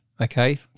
okay